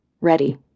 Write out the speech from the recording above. Ready